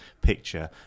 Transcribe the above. picture